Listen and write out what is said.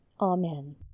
Amen